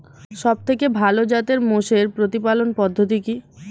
সবথেকে ভালো জাতের মোষের প্রতিপালন পদ্ধতি কি?